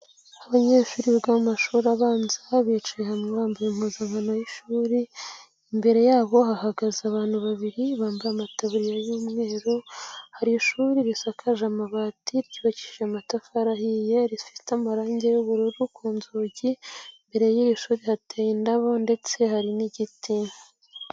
Abanyeshuri biga mu mashuri abanza bicaye hamwe bambaye impuzankano y'ishuri, imbere yabo hahagaze abantu babiri bambaye amataburiya y'umweru, hari ishuri risakaje amabati ryubakishije amatafari ahiye rifite amarange y'ubururu ku nzugi, imbere y'iri shuri hateye indabo ndetse hari n'igiti.